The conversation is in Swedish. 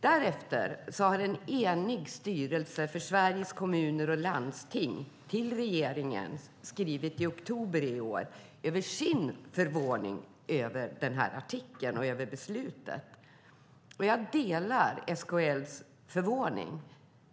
Därefter har en enig styrelse för Sveriges Kommuner och Landsting i oktober i år skrivit till regeringen om sin förvåning över artikeln och över beslutet. Jag delar SKL:s förvåning.